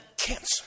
cancer